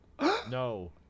No